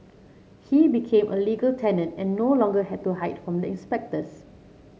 he became a legal tenant and no longer had to hide from the inspectors